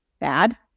bad